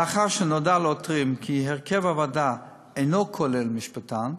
לאחר שנודע לעותרים כי הרכב הוועדה אינו כולל משפטן,